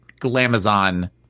Glamazon